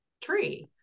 tree